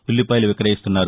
ఉల్లిపాయలు విక్రయిస్తున్నారు